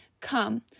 come